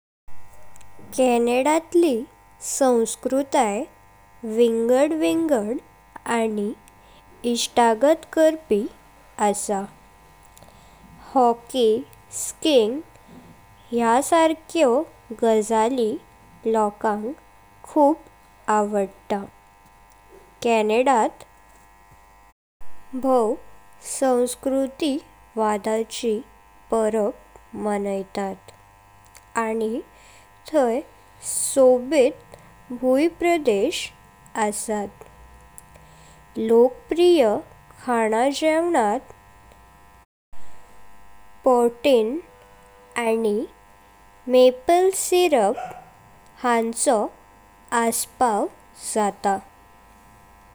कॅनडातली संस्कृतेय विंगड विंगड आनी इष्टगथ करपी आसा। हॉकी स्खिंग ह्या सर्क्यो गज़ाली लोकांक खूब आवडता। कॅनडात भोव संस्कृतीवादाची परब मनयतत आनी तंई सोबीत भुयप्रदेश असात। लोकप्रिय खाना जॆवणात पाउटीने आनी मॅपल सिरप हांचो आसपाव जाता।